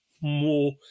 more